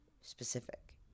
specific